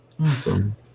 Awesome